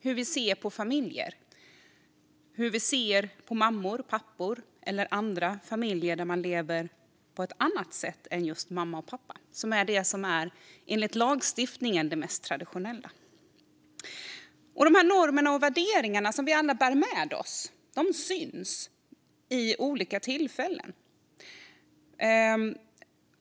Det handlar om hur man ser på mammor och pappor och på familjer där man lever på ett annat sätt än just som mamma och pappa, vilket enligt lagstiftningen är det mest traditionella. De normer och värderingar vi bär med oss syns vid olika tillfällen.